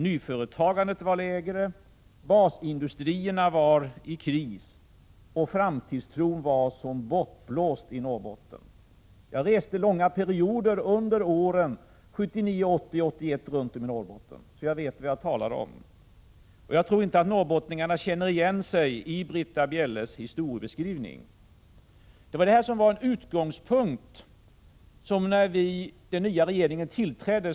Nyföretagandet var sämre. Basindustrierna befann sig i kris och framtidstron var som bortblåst i Norrbotten. Jag reste långa perioder under åren 1979, 1980 och 1981 runt i Norrbotten, så jag vet vad jag talar om. Jag tror inte att norrbottningarna Prot. 1986/87:103 känner igen sig i Britta Bjelles historiebeskrivning. 7 april 1987 Detta var utgångspunkten när den nya regeringen tillträdde.